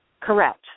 Correct